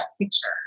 picture